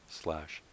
slash